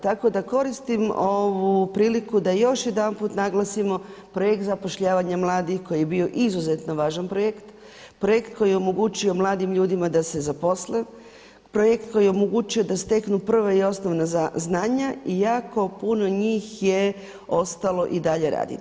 Tako da koristim ovu priliku još jedanput naglasimo projekt zapošljavanja mladih koji je bio izuzetno važan projekt, projekt koji je omogućio mladim ljudima da se zaposle, projekt koji je omogućio da steknu prva i osnovna znanja i jako puno njih je ostalo i dalje raditi.